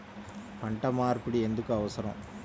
పంట మార్పిడి ఎందుకు అవసరం?